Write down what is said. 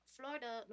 Florida